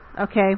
Okay